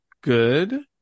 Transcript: good